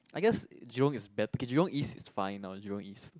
I guess Jurong is bet~ k Jurong East is fine uh Jurong East